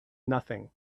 nothing